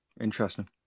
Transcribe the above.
Interesting